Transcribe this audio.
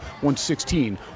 116